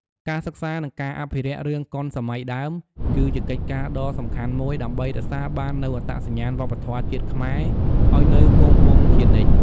ការសិក្សា និងការអភិរក្សរឿងកុនសម័យដើម គឺជាកិច្ចការដ៏សំខាន់មួយដើម្បីរក្សាបាននូវអត្តសញ្ញាណវប្បធម៌ជាតិខ្មែរឱ្យនៅគង់វង្សជានិច្ច។